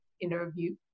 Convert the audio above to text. interview